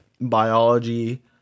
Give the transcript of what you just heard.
biology